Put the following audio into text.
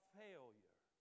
failure